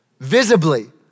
Visibly